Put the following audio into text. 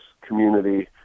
community